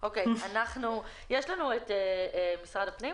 לנו את משרד הפנים?